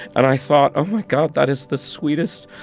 and i thought, oh, my god, that is the sweetest,